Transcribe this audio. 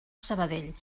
sabadell